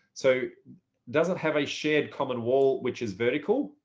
so doesn't have a shared common wall, which is vertical.